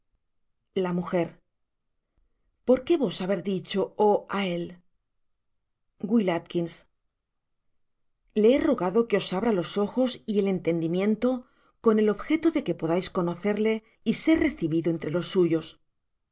benamoukie la m por qué vos haber dicho o á él w a le he rogado que os abra los ojos y el entendi miento con el objeto de que podais conocerle y ser recibido entre los suyos